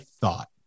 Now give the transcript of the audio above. thought